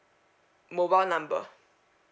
mobile number